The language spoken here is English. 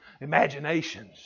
imaginations